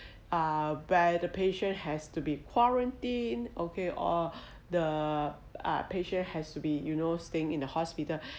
ah where patient has to be quarantined okay or the ah patient has to be you know staying in the hospital